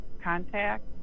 contact